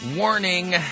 Warning